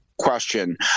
question